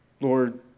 Lord